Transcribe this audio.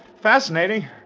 fascinating